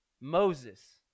Moses